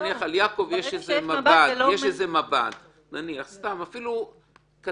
ונניח על יעקב יש איזה מב"ד, אפילו קטן,